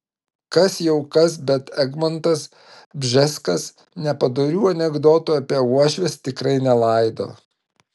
kas jau kas bet egmontas bžeskas nepadorių anekdotų apie uošves tikrai nelaido